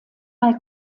mal